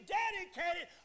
dedicated